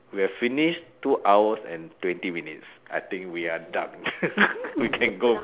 we have finished two hours and twenty minutes I think we are done we can go